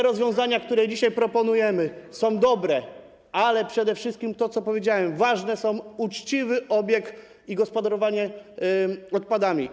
Rozwiązania, które dzisiaj proponujemy, są dobre, ale przede wszystkim, to co powiedziałem, ważne są uczciwy obieg i gospodarowanie odpadami.